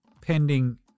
pending